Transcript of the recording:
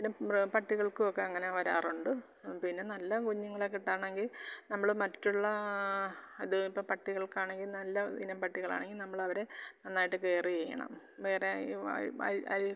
പിന്നെ മൃ പട്ടികൾക്കുവൊക്കെ അങ്ങനെ വരാറുണ്ട് പിന്നെ നല്ല കുഞ്ഞുങ്ങളെ കിട്ടണമെങ്കിൽ നമ്മൾ മറ്റുള്ള അത് ഇപ്പോൾ പട്ടികൾക്കാണെങ്കിൽ നല്ലയിനം പട്ടികളാണെങ്കിൽ നമ്മളവരെ നന്നായിട്ട് കെയർ ചെയ്യണം വേറെ അഴുക്ക് അഴുക്ക് അഴുക്ക് സ